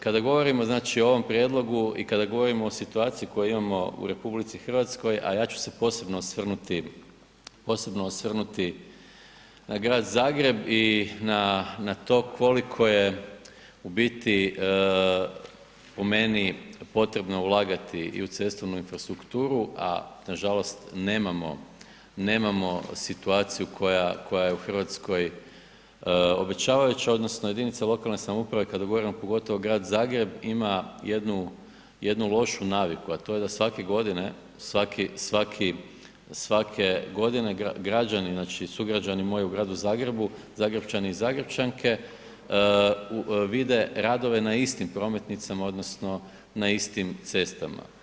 Kada govorimo o ovom prijedlogu i kada govorimo o situaciji koju imamo u RH, a ja ću se posebno osvrnuti na grad Zagreb i na to koliko je u biti po meni potrebno ulagati i u cestovnu infrastrukturu, a nažalost nemamo situaciju koja je u Hrvatskoj obećavajuća odnosno jedinice lokalne samouprave kada govorimo pogotovo grad Zagreb ima jednu lošu naviku, a to je da svake godine građani sugrađani moji u gradu Zagrebu, Zagrepčani i Zagrepčanke vide radove na istim prometnicama odnosno na istim cestama.